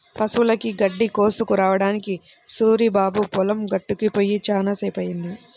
పశువులకి గడ్డి కోసుకురావడానికి సూరిబాబు పొలం గట్టుకి పొయ్యి చాలా సేపయ్యింది